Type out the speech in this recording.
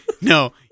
No